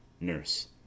Nurse